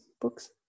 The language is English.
books